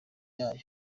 yayo